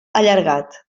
allargat